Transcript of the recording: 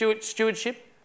stewardship